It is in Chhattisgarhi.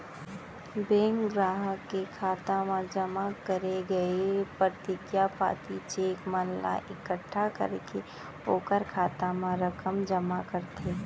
बेंक गराहक के खाता म जमा करे गय परतिगिया पाती, चेक मन ला एकट्ठा करके ओकर खाता म रकम जमा करथे